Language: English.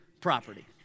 property